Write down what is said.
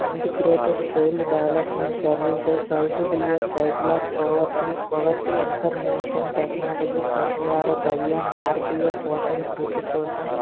integrated child development services ICDS cycle of poverty poverty information technology Swachh Bharat Abhiyan Bharatiya Poshan Krishi కోసం